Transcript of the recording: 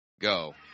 go